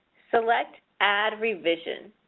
select add revision.